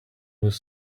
was